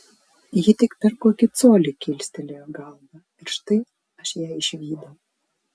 ji tik per kokį colį kilstelėjo galvą ir štai aš ją išvydau